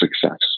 success